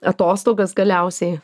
atostogas galiausiai